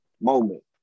Moment